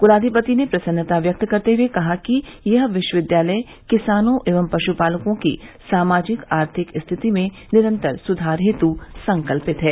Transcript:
क्लाधिपति ने प्रसन्नता व्यक्त करते हुए कहा कि यह विश्वविद्यालय किसानों एवं पशुपालकों की सामाजिक आर्थिक स्थिति में निरंतर सुधार हेतु संकल्पित हैं